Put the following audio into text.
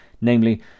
namely